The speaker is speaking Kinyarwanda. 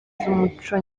z’umuco